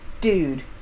dude